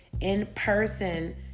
in-person